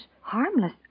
Harmless